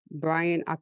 Brian